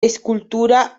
escultura